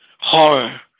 horror